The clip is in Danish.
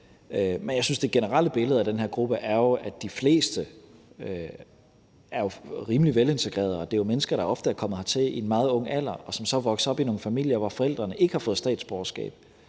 at det generelle billede af den her gruppe er, at de fleste er rimelig velintegrerede, og det er jo mennesker, der ofte er kommet hertil i en meget ung alder, og som så er vokset op i nogle familier, hvor forældrene ikke har fået statsborgerskab,